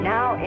Now